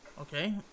Okay